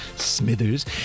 Smithers